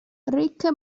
rick